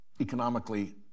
economically